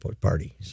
party